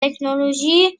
تکنولوژی